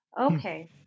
Okay